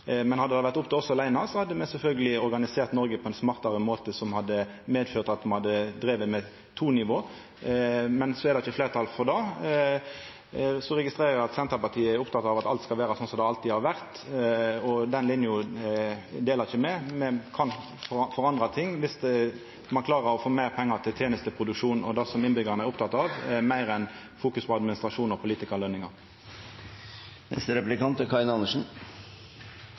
Men så er det ikkje fleirtal for det. Så registrerer eg at Senterpartiet er oppteke av at alt skal vera sånn som det alltid har vore. Den linja deler ikkje me. Me kan forandra ting dersom ein klarer å få meir pengar til tenesteproduksjon og det som innbyggjarane er opptekne av, meir enn fokus på administrasjon og politikarløningar. Jeg tror folk som bor i Oppland, Hedmark, Akershus og Østfold, hadde vært ganske forundret, for ikke å si forbannet – om det er